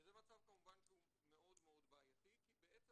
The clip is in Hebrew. זה מצב שהוא כמובן מאוד מאוד בעייתי כי בעצם